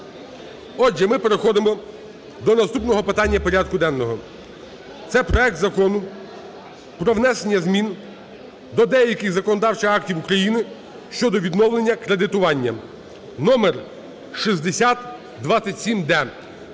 Отже, ми переходимо до наступного питання порядку денного. Це проект Закону про внесення змін до деяких законодавчих актів України щодо відновлення кредитування (№ 6027-д).